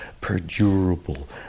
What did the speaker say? perdurable